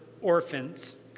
orphans